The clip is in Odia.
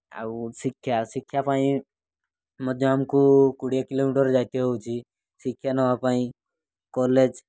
ଆଉ ଶିକ୍ଷା ଶିକ୍ଷା ପାଇଁ ମଧ୍ୟ ଆମକୁ କୋଡ଼ିଏ କିଲୋମିଟର୍ ଯାଇତେ ହେଉଛି ଶିକ୍ଷା ନେବା ପାଇଁ କଲେଜ୍